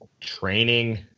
training